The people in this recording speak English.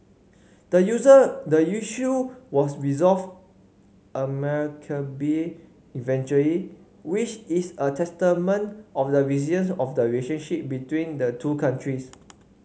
the user the issue was resolved eventually which is a testament of the resilience of the relationship between the two countries